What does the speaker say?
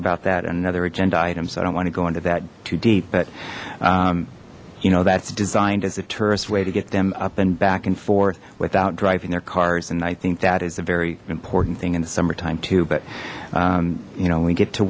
about that and another agenda item so i don't want to go into that too deep but you know that's designed as a tourist way to get them up and back and forth without driving their cars and i think that is a very important thing in the summertime too but you know we get to